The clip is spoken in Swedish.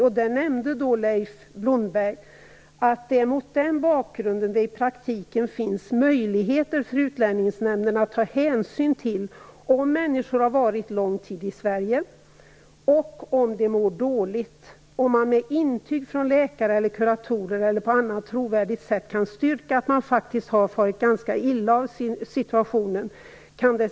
Leif Blomberg nämnde då att det är mot den bakgrunden som det i praktiken finns möjligheter för Utlänningsnämnden att ta hänsyn till om människor har vistats lång tid i Sverige och om de mår dåligt, om de med intyg från läkare, kuratorer eller på annat trovärdigt sätt kan styrka att de faktiskt har farit ganska illa av situationen.